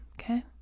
Okay